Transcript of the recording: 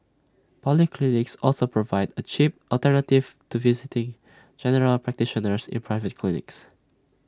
polyclinics also provide A cheap alternative to visiting general practitioners in private clinics